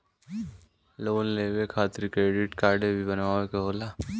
Loan लेवे खातिर credit काडे भी बनवावे के होला?